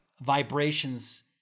vibrations